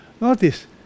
Notice